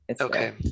Okay